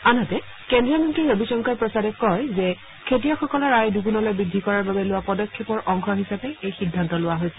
আনহাতে কেন্দ্ৰীয় মন্ত্ৰী ৰবীশংকৰ প্ৰসাদে কয় যে খেতিয়কসকলৰ আয় দুগুণলৈ বৃদ্ধি কৰাৰ বাবে লোৱা পদক্ষেপৰ অংশ হিচাপে এই সিদ্ধান্ত লোৱা হৈছে